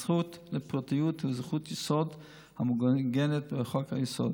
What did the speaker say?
הזכות לפרטיות היא זכות יסוד המעוגנת בחוק-יסוד: